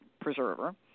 preserver